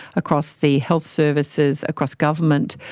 across the health services, across government,